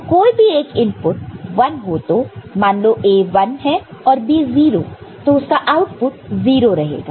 तो कोई भी एक इनपुट 1 हो तो मान लो A 1 और B 0 तो इसका आउटपुट 0 रहेगा